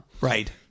Right